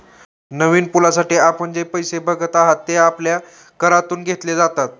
नवीन पुलासाठी आपण जे पैसे बघत आहात, ते आपल्या करातून घेतले जातात